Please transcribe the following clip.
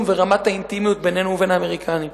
וברמת האינטימיות בינינו לבין האמריקנים,